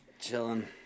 Chilling